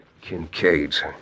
Kincaid's